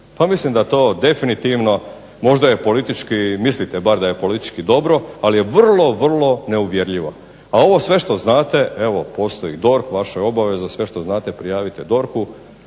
mislim da to definitivno, možda je politički, mislite bar da je politički dobro, ali je vrlo, vrlo neuvjerljivo. A ovo sve što znate, evo postoji DORH, vaša je obaveza sve što znate prijavite DORH-u.